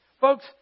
Folks